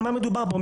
על מה מדובר כאן?